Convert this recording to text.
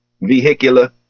vehicular